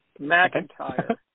McIntyre